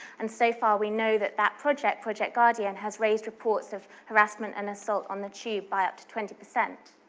and so far we know that that project project guardian has raised reports of harassment and assault on the tube by up to twenty per cent.